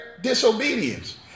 disobedience